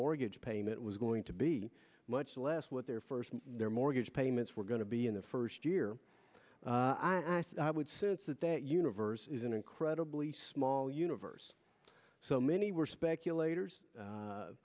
mortgage payment was going to be much less what their first their mortgage payments were going to be in the first year i asked would since that that universe is an incredibly small universe so many were speculator